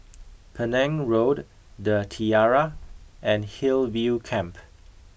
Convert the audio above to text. Penang Road the Tiara and Hillview Camp